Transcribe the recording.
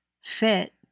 fit